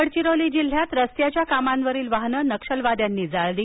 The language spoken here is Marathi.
गडघिरोली जिल्ह्यात रस्त्याच्या कामावरील वाहनं नक्षलवाद्यांनी जाळली